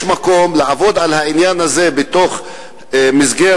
יש מקום לעבוד על העניין הזה בתוך מסגרת